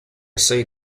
say